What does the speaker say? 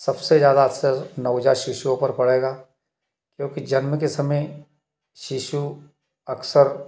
सबसे ज़्यादा असर नवजात शिशुओं पर पड़ेगा क्योंकि जन्म के समय शिशु अक्सर